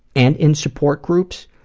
and in support groups,